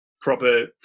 proper